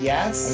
Yes